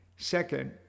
Second